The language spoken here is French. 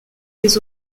des